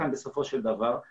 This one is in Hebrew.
בסופו של דבר הגיעו לכאן.